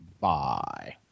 Bye